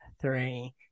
three